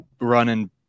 running